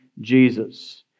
Jesus